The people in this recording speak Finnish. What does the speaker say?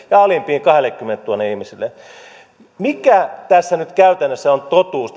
ja alimpiin kahdellekymmenelletuhannelle ihmiselle mikä tässä asiassa nyt käytännössä on totuus